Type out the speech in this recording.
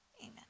amen